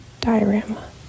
diorama